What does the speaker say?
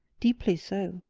deeply so.